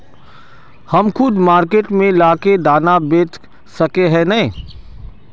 हम खुद मार्केट में ला के दाना बेच सके है नय?